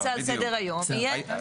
ככל שהיום זה נמצא על סדר היום, תהיה הודעה.